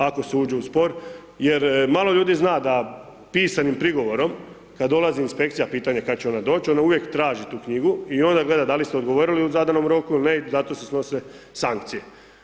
Ako se uđe u spor jer malo ljudi zna da pisanim prigovorom kad dolazi inspekcija, pitanje je kad će ona doći, ona uvijek traži tu knjigu i onda gleda da li su odgovorili u zadanom roku ili ne i zato se snose sankcije.